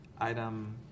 item